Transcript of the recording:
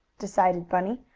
decided bunny.